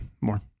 More